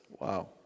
Wow